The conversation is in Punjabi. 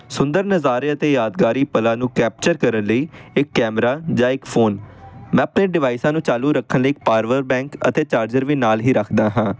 ਸੁੰਦਰ ਨਜ਼ਾਰੇ ਅਤੇ ਯਾਦਗਾਰੀ ਪਲਾਂ ਨੂੰ ਕੈਪਚਰ ਕਰਨ ਲਈ ਇੱਕ ਕੈਮਰਾ ਜਾਂ ਇੱਕ ਫੋਨ ਮੈਂ ਆਪਣੇ ਡਿਵਾਈਸਾਂ ਨੂੰ ਚਾਲੂ ਰੱਖਣ ਲਈ ਪਾਵਰ ਬੈਂਕ ਅਤੇ ਚਾਰਜਰ ਵੀ ਨਾਲ ਹੀ ਰੱਖਦਾ ਹਾਂ